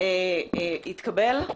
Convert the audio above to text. התקבל,